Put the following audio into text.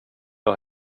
jag